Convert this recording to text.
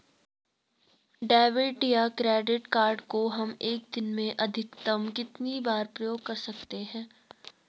Debit या credit card को हम एक दिन में अधिकतम कितनी बार प्रयोग कर सकते हैं?